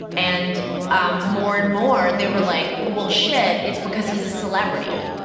and ah more and more, they were like, well shit, it's because he's a celebrity,